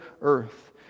earth